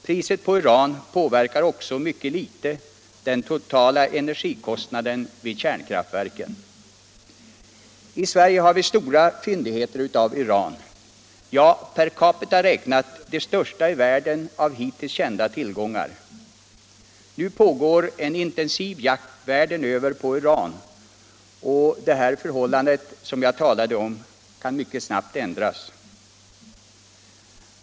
Priset på uran påverkar också mycket litet den totala energikostnaden vid kärnkraftverken. I Sverige har vi stora uranfyndigheter, ja, per capita räknat de största i världen av hittills kända tillgångar. Nu pågår en intensiv jakt världen över på uran, och det här förhållandet som jag talade om kan mycket snabbt ändras.